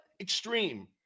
extreme